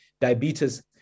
diabetes